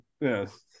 Yes